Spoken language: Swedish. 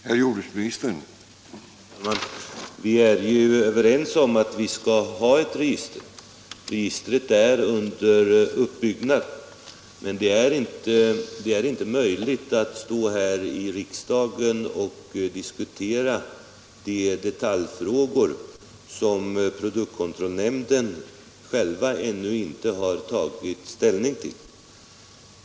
Herr talman! Vi är ju överens om att vi skall ha ett register, och detta register är under uppbyggnad. Men det är inte möjligt att stå här i riksdagen och diskutera de detaljfrågor som produktkontrollnämnden själv ännu inte har tagit ställning till.